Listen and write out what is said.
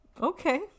Okay